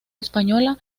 española